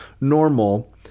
normal